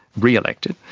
re-elected,